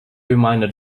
reminded